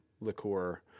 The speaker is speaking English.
liqueur